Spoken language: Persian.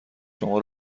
شما